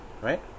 right